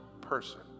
person